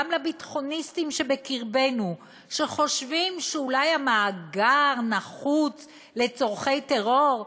גם לביטחוניסטים שבקרבנו שחושבים שאולי המאגר נחוץ לצורכי טרור,